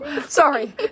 Sorry